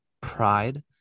pride